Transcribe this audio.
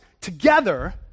together